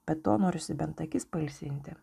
be to norisi bent akis pailsinti